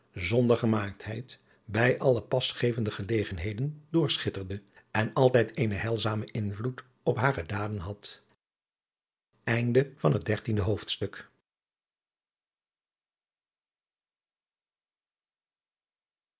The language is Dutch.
zonder gemaaktheid bij alle pasgevende gelegenheden doorschitterde en altijd eenen heilzamen invloed op hare daden had